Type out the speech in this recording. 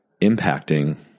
impacting